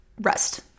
rest